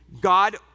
God